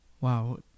wow